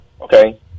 okay